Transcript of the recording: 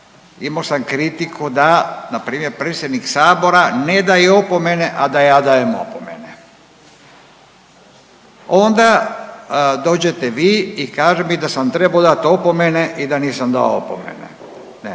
imo sam kritiku da npr. predsjednik Sabora ne daje opomene, a da ja dajem opomene, onda dođete vi i kažete mi da sam trebao dat opomene i da nisam dao opomene.